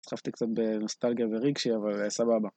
חשבתי קצת בנוסטלגיה ורגשי אבל סבבה.